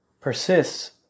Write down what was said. persists